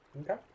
Okay